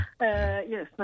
Yes